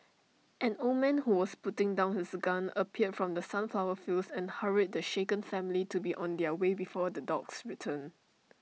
an old man who was putting down his gun appeared from the sunflower fields and hurried the shaken family to be on their way before the dogs return